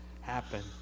happen